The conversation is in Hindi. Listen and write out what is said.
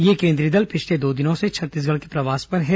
यह केन्द्रीय दल पिछले दो दिनों से छत्तीसगढ़ के प्रवास पर हैं